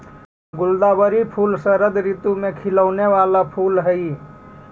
गुलदावरी फूल शरद ऋतु में खिलौने वाला फूल हई